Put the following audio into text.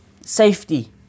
safety